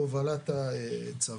בהובלת הצבא.